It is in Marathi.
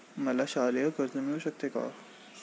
मला शालेय कर्ज मिळू शकते का?